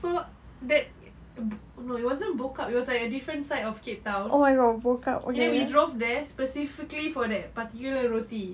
so that no it wasn't bo-kaap it was like a different side of cape town and then we drove there specifically for that particular roti